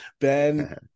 Ben